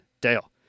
Dale